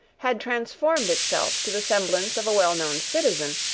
had transformed itself to the semblance of a well known citizen,